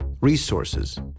resources